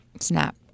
Snap